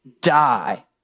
die